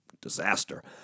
disaster